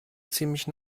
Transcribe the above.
ziemlich